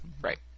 Right